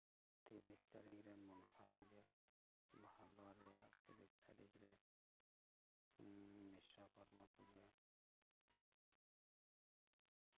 ᱛᱤᱨᱤᱥ ᱛᱟᱹᱨᱤᱠᱷ ᱨᱮ ᱢᱚᱱᱥᱟ ᱯᱩᱡᱟᱹ ᱵᱟᱦᱟ ᱵᱟᱨᱭᱟ ᱛᱤᱨᱤᱥ ᱛᱟᱨᱤᱠᱷᱨᱮ ᱵᱤᱥᱥᱚ ᱠᱚᱨᱢᱟ ᱯᱩᱡᱟᱹ